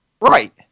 Right